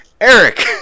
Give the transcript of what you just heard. Eric